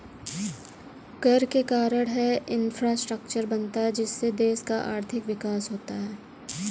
कर के कारण है इंफ्रास्ट्रक्चर बनता है जिससे देश का आर्थिक विकास होता है